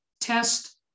test